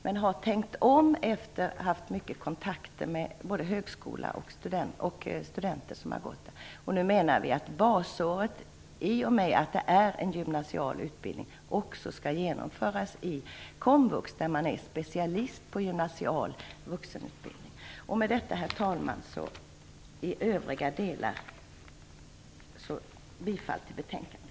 Men efter mycket kontakt med både högskola och de studenter som har gått där har vi tänkt om och menar att basåret, i och med att det är en gymnasial utbildning, också skall genomföras i komvux där man är specialist på gymnasial vuxenutbildning. Med detta, herr talman, yrkar jag i övriga delar bifall till hemställan i betänkandet.